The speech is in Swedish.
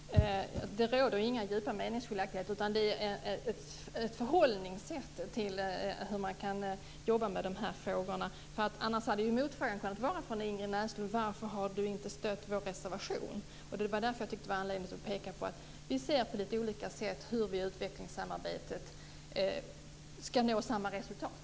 Fru talman! Det råder inga djupa meningsskiljaktigheter, utan det är fråga om ett förhållningssätt till hur man kan jobba med de här frågorna. Annars hade motfrågan från Ingrid Näslund kunnat vara: Varför har ni inte stött vår reservation? Därför tycker jag det fanns anledning att peka på att vi ser på litet olika sätt på hur vi med utvecklingssamarbetet skall nå samma resultat.